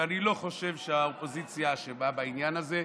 ואני לא חושב שהאופוזיציה אשמה בעניין הזה.